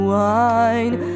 wine